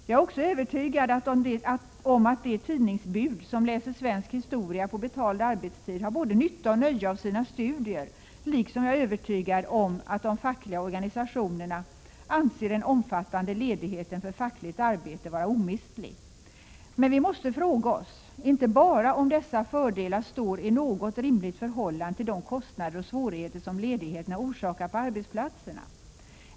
Jag är också övertygad om att de 121 tidningsbud som läser svensk historia på betald arbetstid har både nytta och nöje av sina studier, liksom jag är övertygad om att de fackliga organisationerna anser den omfattande ledigheten för fackligt arbete vara omistlig. Men vi måste fråga oss inte bara om dessa fördelar står i något rimligt förhållande till de kostnader och svårigheter som ledigheterna orsakar på arbetsplatserna.